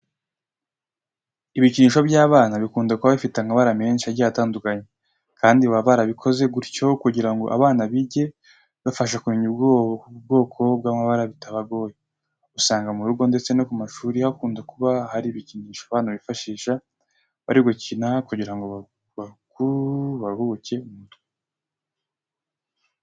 Ibikinisho by'abana bikunda kuba bifite amabara menshi agiye atandukanye kandi baba barabikoze gutyo kugira ngo abana bijye bibafasha kumenya ubwoko bw'amabara bitabagoye. Usanga mu rugo ndetse no ku mashuri hakunda kuba hari ibikinisho abana bifashisha bari gukina kugira ngo barukuke mu mutwe.